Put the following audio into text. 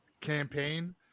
campaign